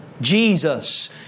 Jesus